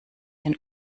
den